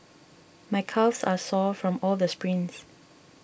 my calves are sore from all the sprints